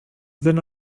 than